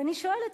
ואני שואלת,